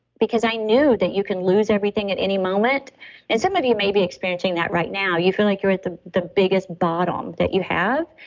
because i knew that you can lose everything at any moment and some of you may be experiencing that right now. you feel like you're at the the biggest bottom that you have.